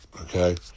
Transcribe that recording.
okay